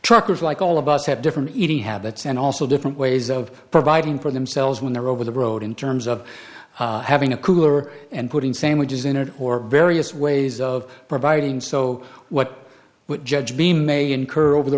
truckers like all of us have different eating habits and also different ways of providing for themselves when they're over the road in terms of having a cooler and putting sandwiches in it or various ways of providing so what would judge me may incur over the